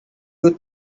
you